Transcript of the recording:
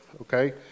okay